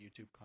YouTube